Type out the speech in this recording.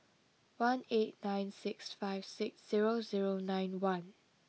one eight nine six five six zero zero nine one